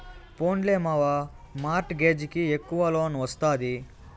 పోన్లే మావా, mortgage కి ఎక్కవ లోన్ ఒస్తాది